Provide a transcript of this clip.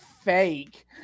fake